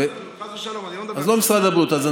לא משרד הבריאות, חס ושלום.